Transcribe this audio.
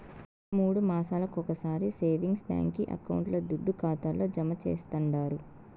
మూడు మాసాలొకొకసారి సేవింగ్స్ బాంకీ అకౌంట్ల దుడ్డు ఖాతాల్లో జమా చేస్తండారు